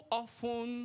often